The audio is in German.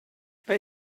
bei